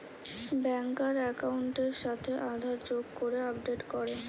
ব্যাংকার একাউন্টের সাথে আধার যোগ করে আপডেট করে